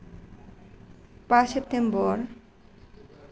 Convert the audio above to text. बा सेप्तेम्बर